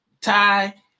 tie